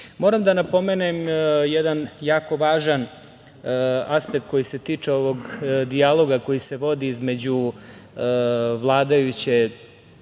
da napomenem jedan jako važan aspekt koji se tiče ovog dijaloga koji se vodi između vladajuće